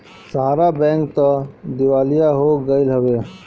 सहारा bank तअ दिवालिया हो गईल हवे